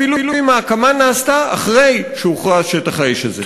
אפילו אם ההקמה נעשתה אחרי שהוכרז שטח האש הזה?